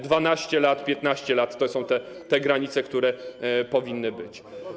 12 lat, 15 lat - to są te granice, które powinny być.